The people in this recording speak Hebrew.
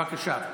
בבקשה.